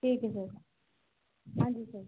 ठीक है सर हाँ जी सर